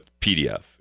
PDF